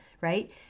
right